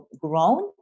grown